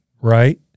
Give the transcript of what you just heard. right